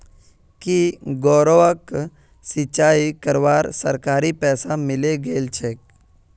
की गौरवक सिंचाई करवार सरकारी पैसा मिले गेल छेक